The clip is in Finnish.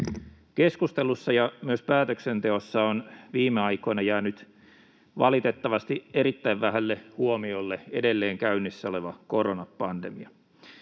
keskustelussa ja myös päätöksenteossa on viime aikoina jäänyt valitettavasti erittäin vähälle huomiolle edelleen käynnissä oleva koronapandemia.